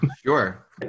Sure